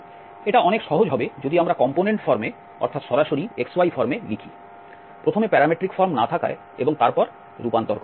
এটা অনেক সহজ হবে যদি আমরা কম্পোনেন্ট ফর্মে অর্থাৎ সরাসরি xy ফর্মে লিখি প্রথমে প্যারামেট্রিক ফর্ম না থাকায় এবং তারপর রূপান্তর করি